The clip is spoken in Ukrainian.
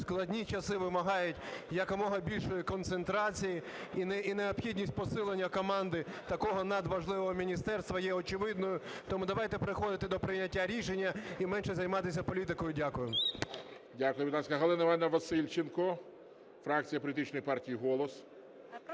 складні часи вимагають якомога більшої концентрації. І необхідність посилення команди такого надважливого міністерства є очевидною. Тому давайте переходити до прийняття рішення і менше займатися політикою. Дякую.